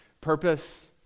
purpose